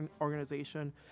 Organization